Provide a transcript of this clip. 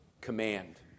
command